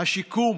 השיקום.